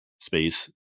space